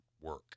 work